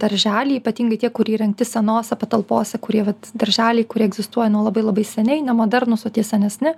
darželiai ypatingai tie kurie įrengti senose patalpose kurie vat darželiai kurie egzistuoja nuo labai labai seniai ne modernūs o tie senesni